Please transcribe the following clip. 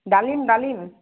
ডালিম ডালিম